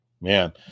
man